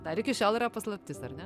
dar iki šiol yra paslaptis ar ne